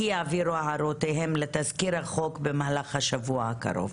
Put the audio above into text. כי יעבירו הערותיהם לתסקיר החוק במהלך השבוע הקרוב.